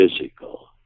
physical